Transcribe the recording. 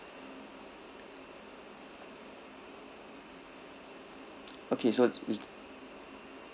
okay so